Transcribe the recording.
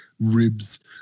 ribs